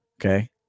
Okay